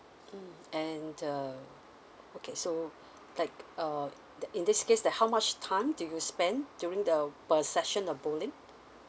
and uh okay so like err in this case like how much time do you spend during the per session the bowling